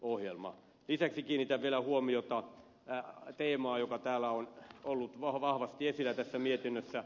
lisäksi kiinnitän vielä huomiota teemaan joka on ollut vahvasti esillä tässä mietinnössä